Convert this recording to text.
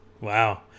Wow